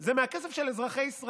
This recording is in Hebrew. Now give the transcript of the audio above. זה מהכסף של אזרחי ישראל.